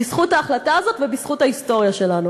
בזכות ההחלטה הזאת ובזכות ההיסטוריה שלנו.